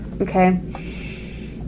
Okay